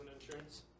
insurance